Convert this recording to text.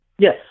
Yes